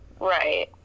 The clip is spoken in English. right